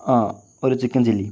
ആ ഒരു ചിക്കൻ ചില്ലിയും